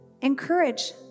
Encourage